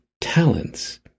talents